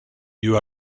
you